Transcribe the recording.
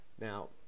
now